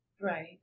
Right